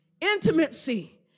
intimacy